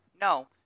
No